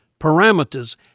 parameters